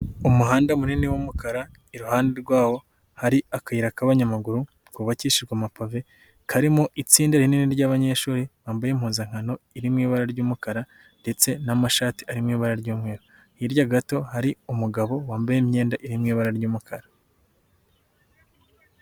Umuhanda munini w'umukara, iruhande rwawo hari akayira k'abanyamaguru, kubabakishijwe amapave, karimo itsinda rinini ry'abanyeshuri bambaye impuzankano iri mu ibara ry'umukara ndetse n'amashati arimo ibara ry'umweru, hirya gato hari umugabo wambaye imyenda iri mu ibara ry'umukara.